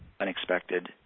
Unexpected